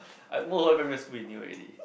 both of us in primary school he knew already